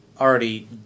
already